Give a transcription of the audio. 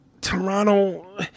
Toronto